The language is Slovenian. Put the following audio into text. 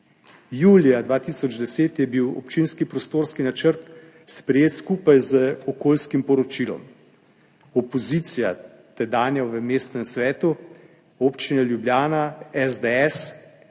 Julija 2010 je bil občinski prostorski načrt sprejet skupaj z okoljskim poročilom. Tedanja opozicija v mestnem svetu občine Ljubljana, SDS,